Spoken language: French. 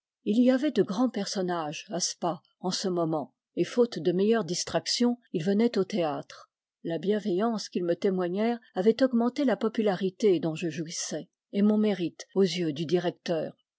il y avait de grands personnages à spa en ce moment et faute de meilleure distraction ils venaient au théâtre la bienveillance qu'ils me témoignèrent avait augmenté la popularité dont je jouissais et mon mérite aux yeux du directeur